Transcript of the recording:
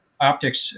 optics